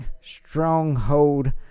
stronghold